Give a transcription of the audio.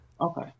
okay